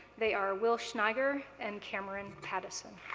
they are will schneiger and cameron pattison.